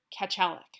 Kachalik